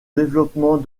développement